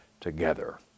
together